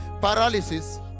Paralysis